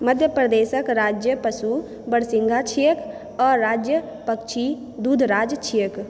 मध्य प्रदेशक राज्य पशु बरसिंघा छियैक आ राज्य पक्षी दुधराज छियैक